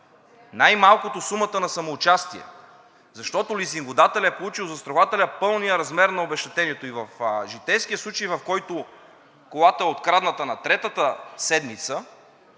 най-малкото сумата на самоучастие, защото лизингодателят е получил от застрахователя пълния размер на обезщетението. И в житейския случай, в който колата е открадната на третата седмица